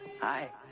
Hi